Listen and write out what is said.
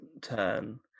turn